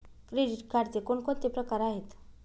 Credit कार्डचे कोणकोणते प्रकार आहेत?